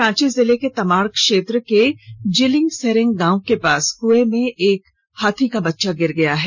रांची जिले के तमाड क्षेत्र के जीलिंगसेरेंग गांव के पास कंए में एक हाथी का बच्चा गिर गया है